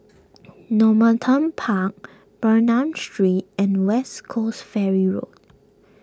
Normanton Park Bernam Street and West Coast Ferry Road